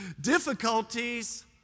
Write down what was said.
difficulties